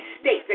states